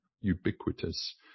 ubiquitous